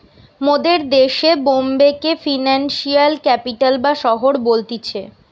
মোদের দেশে বোম্বে কে ফিনান্সিয়াল ক্যাপিটাল বা শহর বলতিছে